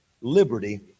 liberty